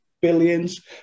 billions